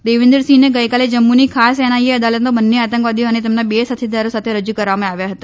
દેવીદંર સિંહને ગઇકાલે જમ્મુની ખાસ એનઆઇએ અદાલતમાં બંને આતંકવાદીઓ અને તેમના બે સાથીદારો સાથે રજૂ કરવામાં આવ્યા હતા